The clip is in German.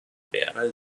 wäre